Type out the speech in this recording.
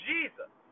Jesus